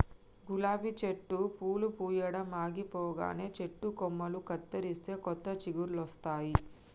గులాబీ చెట్టు పూలు పూయడం ఆగిపోగానే చెట్టు కొమ్మలు కత్తిరిస్తే కొత్త చిగురులొస్తాయి